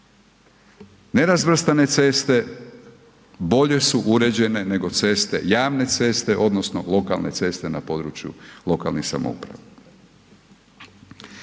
Nerazvrstane ceste bolje su uređene nego javne ceste odnosno lokalne ceste na području lokalnih samouprava.